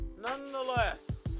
Nonetheless